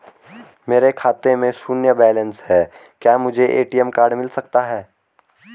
मेरे खाते में शून्य बैलेंस है क्या मुझे ए.टी.एम कार्ड मिल सकता है?